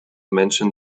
mention